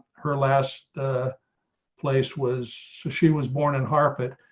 her last place was so she was born in carpet,